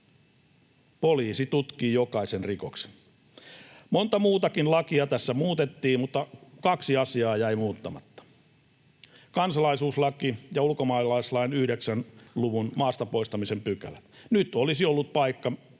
Poliisi tutkii jokaisen rikoksen. Monta muutakin lakia tässä muutettiin, mutta kaksi asiaa jäi muuttamatta: kansalaisuuslaki ja ulkomaalaislain 9 luvun maasta poistamisen pykälät. Nyt olisi ollut paikka